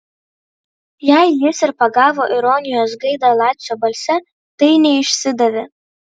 jei jis ir pagavo ironijos gaidą lacio balse tai neišsidavė